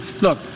Look